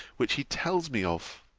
which he tells me of.